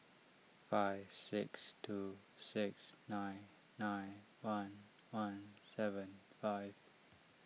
five six two six nine nine one one seven five